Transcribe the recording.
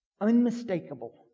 unmistakable